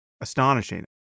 astonishing